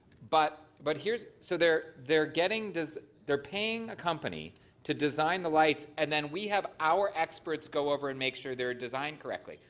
but but here's so they're they're getting they're paying a company to design the lights and then we have our experts go over and make sure they're designed correctly.